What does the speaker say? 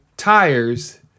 tires